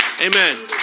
Amen